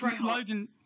Logan